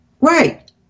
Right